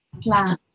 plan